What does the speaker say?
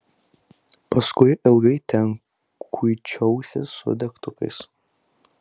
paskui ilgai ten kuičiausi su degtukais